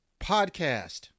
Podcast